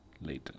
later